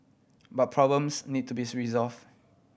but problems need to be resolve